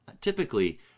typically